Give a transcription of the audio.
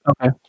okay